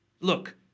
Look